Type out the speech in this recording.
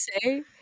say